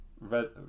Red